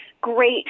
great